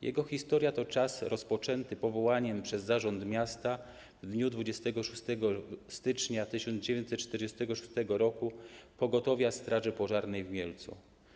Jego historia to czas rozpoczęty powołaniem przez zarząd miasta w dniu 26 stycznia 1946 r. Pogotowia Straży Pożarnej w Mielcu.